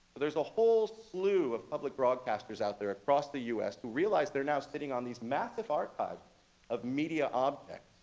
there's a whole slew of public broadcasters out there across the us who realized they're now sitting on these massive archives of media objects.